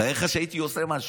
תאר לך שהייתי עושה משהו.